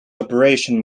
operation